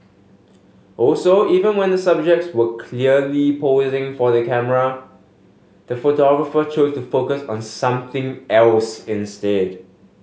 also even when the subjects were clearly posing for the camera the photographer chose to focus on something else instead